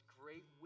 great